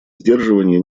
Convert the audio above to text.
сдерживания